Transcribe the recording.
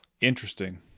Interesting